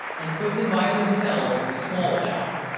and put them by themselves in the small dhow.